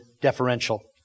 deferential